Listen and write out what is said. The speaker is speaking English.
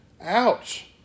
Ouch